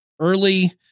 early